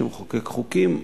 שמחוקק חוקים,